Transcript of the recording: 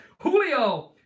julio